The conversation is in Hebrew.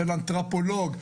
של אנתרופולוג,